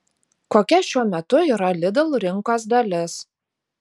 kokia šiuo metu yra lidl rinkos dalis